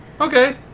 Okay